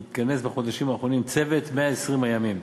התכנס בחודשים האחרונים "צוות 120 הימים",